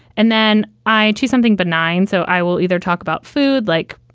and then i choose something benign. so i will either talk about food like,